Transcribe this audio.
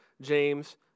James